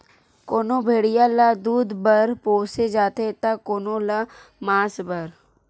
कोनो भेड़िया ल दूद बर पोसे जाथे त कोनो ल मांस बर